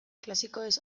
klasikoez